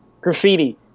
graffiti